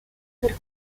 ser